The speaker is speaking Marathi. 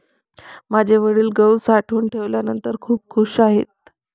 माझे वडील गहू साठवून ठेवल्यानंतर खूप खूश आहेत